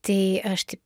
tai aš taip